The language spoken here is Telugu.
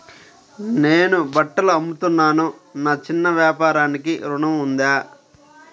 నేను బట్టలు అమ్ముతున్నాను, నా చిన్న వ్యాపారానికి ఋణం ఉందా?